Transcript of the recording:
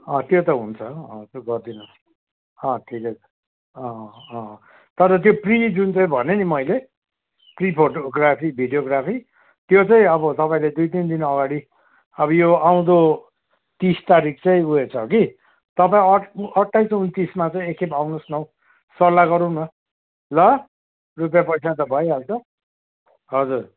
अँ त्यो त हुन्छ अँ त्यो गरिदिनु होस् अँ ठिकै छ अँ अँ अँ तर त्यो प्रि जुन चाहिँ भने नि मैले प्रि फोटोग्राफी भिडियोग्राफी त्यो चाहिँ अब तपाईँले दुई तिन दिन अगाडि अब यो आउँदो तिस तारिक चाहिँ उयो छ कि तपाईँ अट्ठ अट्ठाइस उन्तिसमा चाहिँ एकखेप आउनुहोस् न हो सल्लाह गरौँ न ल रुपियाँ पैसा त भइहाल्छ हजुर